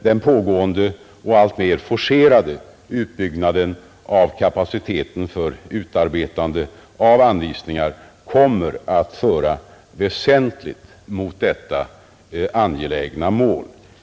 Den pågående och alltmer forcerade utbyggnaden av kapaciteten för utarbetande av anvisningar kommer att föra väsentligt mot detta angelägna mål.